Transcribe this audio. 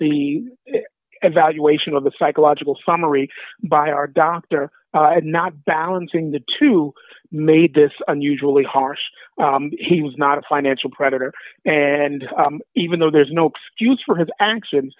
the evaluation of the psychological summary by our doctor not balancing the two made this unusually harsh he was not a financial predator and even though there's no excuse for his act